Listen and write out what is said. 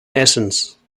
essence